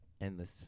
endless